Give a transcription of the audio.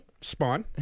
spawn